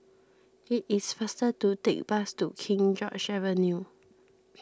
it is faster to take bus to King George's Avenue